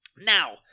Now